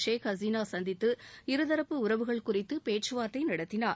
ஷேக் ஹசீனா சந்தித்து இருதரப்பு உறவுகள் குறித்து பேச்சுவார்த்தை நடத்தினார்